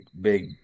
big